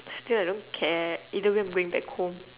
still I don't care either way I'm going back home